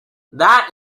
that